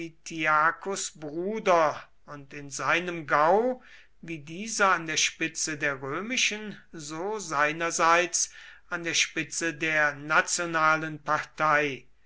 divitiacus bruder und in seinem gau wie dieser an der spitze der römischen so seinerseits an der spitze der nationalen partei